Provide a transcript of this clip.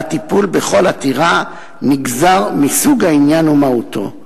והטיפול בכל עתירה נגזר מסוג העניין ומהותו.